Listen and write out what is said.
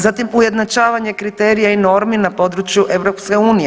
Zatim ujednačavanje kriterija i normi na području EU.